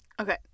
okay